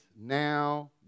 now